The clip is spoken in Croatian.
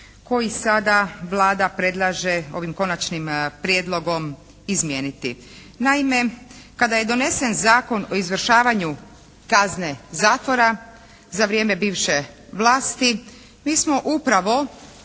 koji sada Vlada predlaže ovim konačnim prijedlogom izmijeniti. Naime kada je donesen Zakon o izvršavanju kazne zatvora za vrijeme bivše vlasti, mi smo upravo